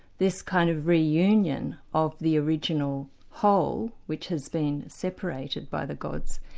this kind of reunion of the original whole, which has been separated by the gods,